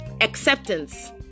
acceptance